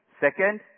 Second